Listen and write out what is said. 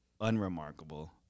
unremarkable